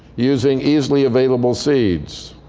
using easily available seeds.